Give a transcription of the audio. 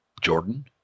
Jordan